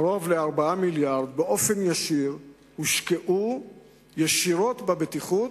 קרוב ל-4 מיליארדים הושקעו ישירות בבטיחות,